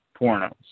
pornos